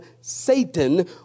Satan